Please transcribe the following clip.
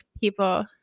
people